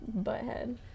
butthead